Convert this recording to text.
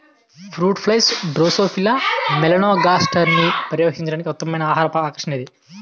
Fruit flies drosophila మెలనోగాస్టర్ని పర్యవేక్షించడానికి ఉత్తమమైన ఆహార ఆకర్షణ ఏది?